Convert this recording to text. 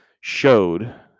showed